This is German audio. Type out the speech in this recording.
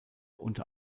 unter